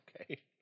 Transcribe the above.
Okay